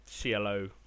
CLO